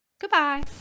Goodbye